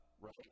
right